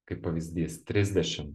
kaip pavyzdys trisdešim